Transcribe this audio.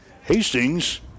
Hastings